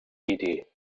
idee